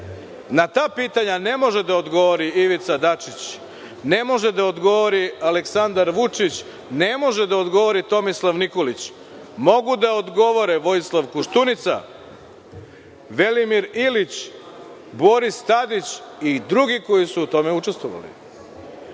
Na ta pitanja ne može da odgovori Ivica Dačić, ne može da odgovori Aleksandar Vučić, ne može da odgovori Tomislav Nikolić. Može da odgovori Vojislav Koštunica, Velimir Ilić, Boris Tadić i drugi koji su u tome učestvovali. Ne